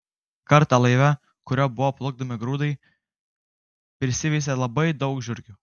kartą laive kuriuo buvo plukdomi grūdai prisiveisė labai daug žiurkių